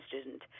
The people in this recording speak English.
student